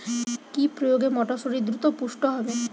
কি প্রয়োগে মটরসুটি দ্রুত পুষ্ট হবে?